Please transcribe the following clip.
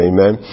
Amen